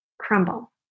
crumble